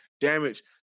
damage